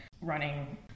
running